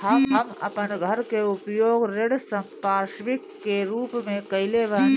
हम अपन घर के उपयोग ऋण संपार्श्विक के रूप में कईले बानी